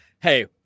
Hey